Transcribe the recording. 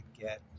get